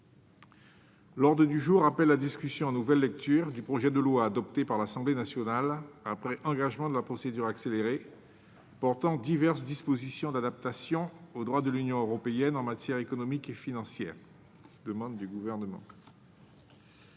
L'ordre du jour appelle la discussion en nouvelle lecture du projet de loi, adopté par l'Assemblée nationale en nouvelle lecture, portant diverses dispositions d'adaptation au droit de l'Union européenne en matière économique et financière (projet n° 114, texte